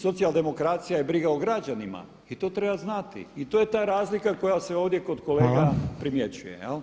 Socijaldemokracija je briga o građanima i to treba znati i to je ta razlika koja se ovdje kod kolega primjećuje.